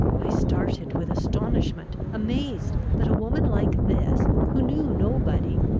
i started with astonishment, amazed that a woman like this, who knew nobody,